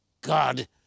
God